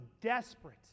desperate